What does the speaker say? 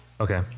okay